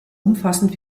umfassend